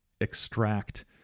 extract